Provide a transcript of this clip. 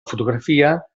fotografia